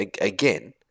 Again